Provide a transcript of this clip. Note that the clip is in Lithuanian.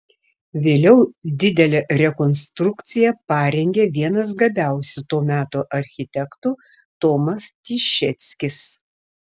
vėliau didelę rekonstrukciją parengė vienas gabiausių to meto architektų tomas tišeckis